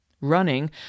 Running